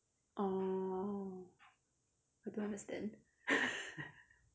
orh I don't understand